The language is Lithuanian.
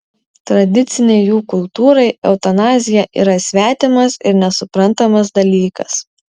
tradicinei jų kultūrai eutanazija yra svetimas ir nesuprantamas dalykas